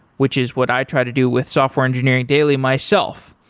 which is what i try to do with software engineering daily myself.